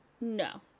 no